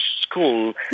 school